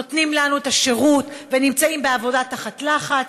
נותנים לנו את השירות ונמצאים בעבודה תחת לחץ.